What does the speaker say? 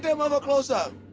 yeah mother close up.